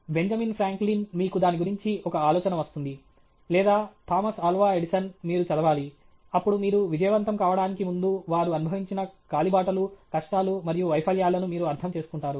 Benjamin Franklin మీకు దాని గురించి ఒక ఆలోచన వస్తుంది లేదా థామస్ అల్వా ఎడిసన్ మీరు చదవాలి అప్పుడు మీరు విజయవంతం కావడానికి ముందు వారు అనుభవించిన కాలిబాటలు కష్టాలు మరియు వైఫల్యాలను మీరు అర్థం చేసుకుంటారు